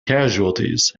casualties